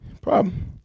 Problem